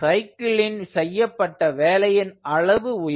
சைக்கிளின் செய்யப்பட்ட வேலையின் அளவு உயரும்